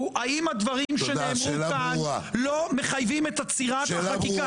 האם הדברים שנאמרו כאן לא מחייבים את עצירת החקיקה?